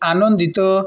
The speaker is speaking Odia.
ଆନନ୍ଦିତ